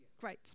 Great